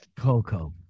Coco